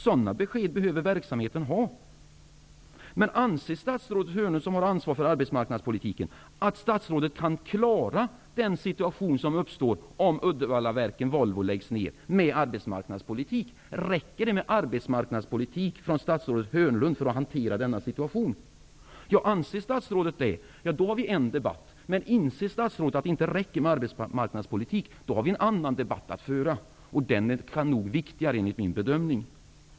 Verksamheten behöver få sådana besked. Anser statsrådet Hörnlund, som har ansvaret för arbetsmarknadspolitiken, att statsrådet med arbetsmarknadspolitik kan klara den situation som uppstår om Uddevallaverken Om statsrådet anser det, har vi en debatt. Men om statsrådet inser att det inte räcker med arbetsmarknadspolitik, har vi en annan debatt att föra. Den är nog viktigare enligt min bedömning.